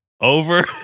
over